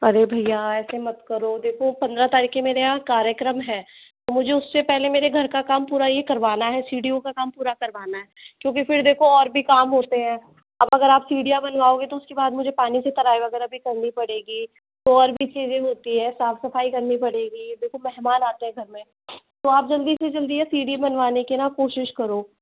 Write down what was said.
अरे भैया ऐसे मत करो देखो पंद्रह तारीख के मेरे यहाँ कार्यक्रम है मुझे उससे पहले मेरे घर का काम पूरा ये करवाना है सीढ़ियों का काम पूरा करवाना है क्योंकि फिर देखो और भी काम होते हैं अब अगर आप सीढ़ियाँ बनवाओगे तो उसके बाद मुझे पानी से तराई वगैरह भी करनी पड़ेगी तो और भी चीज़ें होती हैं साफ़ सफ़ाई करनी पड़ेगी देखो महमान आते हैं घर में तो आप जल्दी से जल्दी ये सीढ़ी बनवाने की ना कोशिश करो